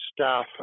staff